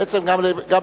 בעצם גם לשטייניץ.